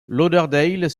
lauderdale